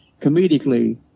comedically